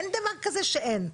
אין דבר כזה שאין.